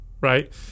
Right